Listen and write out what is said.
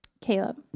Caleb